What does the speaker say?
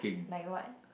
like what